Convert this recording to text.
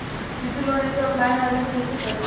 कृषि लोन हेतू ऑफलाइन आवेदन कइसे करि?